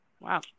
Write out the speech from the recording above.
Wow